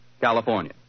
California